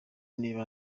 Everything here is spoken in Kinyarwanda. niba